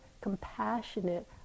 compassionate